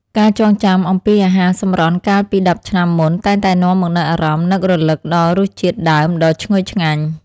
ការចងចាំអំពីអាហារសម្រន់កាលពីដប់ឆ្នាំមុនតែងតែនាំមកនូវអារម្មណ៍នឹករលឹកដល់រសជាតិដើមដ៏ឈ្ងុយឆ្ងាញ់។